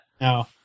No